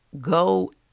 go